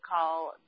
call